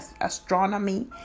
Astronomy